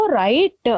right